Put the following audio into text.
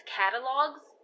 catalogs